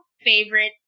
favorite